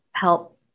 help